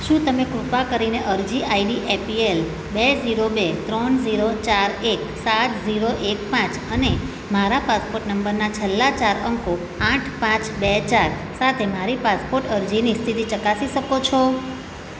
શું તમે કૃપા કરીને અરજી આઈડી એપીએલ બે ઝીરો બે ત્રણ ઝીરો ચાર એક સાત ઝીરો એક પાંચ અને મારા પાસપોર્ટ નંબરના છેલ્લા ચાર અંકો આઠ પાંચ બે ચાર સાથે મારી પાસપોર્ટ અરજીની સ્થિતિ ચકાસી શકો છો